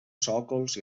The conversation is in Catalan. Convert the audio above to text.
sòcols